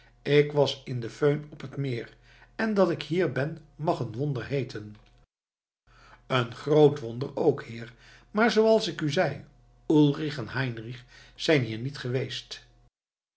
ik was in de föhn op het meer en dat ik hier ben mag een wonder heeten een groot wonder ook heer maar zooals ik u zeî ulrich en heinrich zijn hier niet geweest